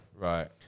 Right